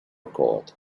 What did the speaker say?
coat